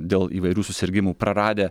dėl įvairių susirgimų praradę